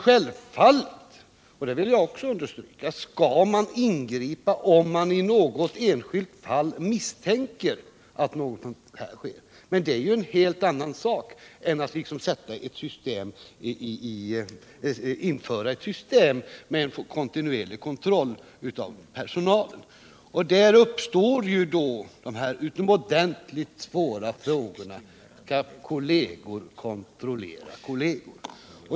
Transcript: Självfallet — det vill jag också understryka — skall man ingripa om man i något enskilt fall misstänker att narkotikainsmuggling försiggår, men det är ju en helt annan sak än att införa ett system med kontinuerlig kontroll av personalen vid anstalterna. Då uppstår den utomordentligt svåra frågan: Skall kolleger kontrollera kolleger?